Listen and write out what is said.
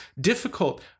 difficult